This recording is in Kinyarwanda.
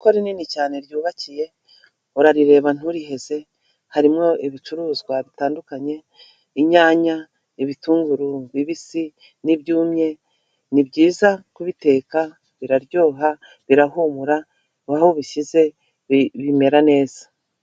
Isoko rinini cyane ryubakiye urarireba nturiheze, harimo ibicuruzwa bitandukanye inyanya ibitunguru bibisi n'ibyumye ni byiza kubiteka biraryoha birahumura aho ubishyize bimera neza.